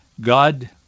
God